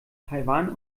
taiwan